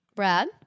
brad